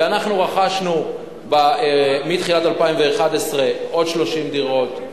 ואנחנו רכשנו מתחילת 2011 עוד 30 דירות.